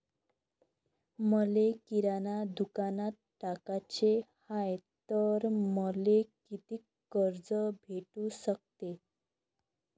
मले किराणा दुकानात टाकाचे हाय तर मले कितीक कर्ज भेटू सकते?